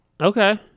Okay